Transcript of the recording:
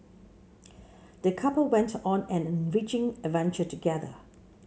the couple went on an enriching adventure together